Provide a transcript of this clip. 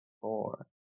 four